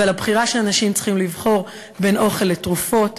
ועל הבחירה שאנשים צריכים לבחור בין אוכל לתרופות,